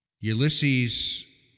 Ulysses